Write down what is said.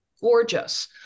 gorgeous